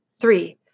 Three